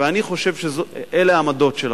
ואני חושב שאלה העמדות שלכם,